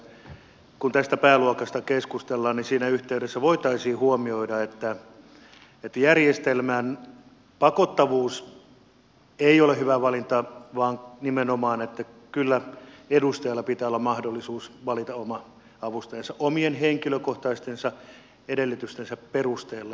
toivoisin että kun tästä pääluokasta keskustellaan siinä yhteydessä voitaisiin huomioida että järjestelmän pakottavuus ei ole hyvä valinta vaan nimenomaan kyllä edustajalla pitää olla mahdollisuus valita oma avustajansa omien henkilökohtaisten edellytystensä perusteella